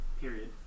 period